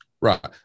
Right